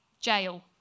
Jail